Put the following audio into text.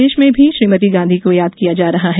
प्रदेश में भी श्रीमति गांधी को याद किया जा रहा है